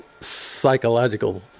psychological